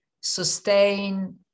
sustain